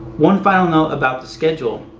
one final note about the schedule.